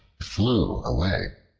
flew away.